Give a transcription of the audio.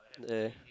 there